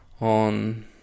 on